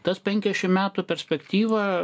tas penkiasdešimt metų perspektyva